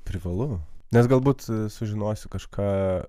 privalu nes galbūt sužinosiu kažką